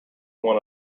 one